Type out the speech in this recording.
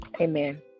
amen